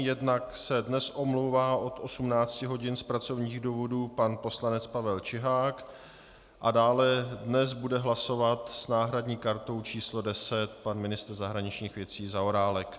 Jednak se dnes omlouvá od 18 hodin z pracovních důvodů pan poslanec Pavel Čihák a dále, dnes bude hlasovat s náhradní kartou číslo 10 pan ministr zahraničních věcí Zaorálek.